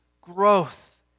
growth